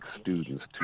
students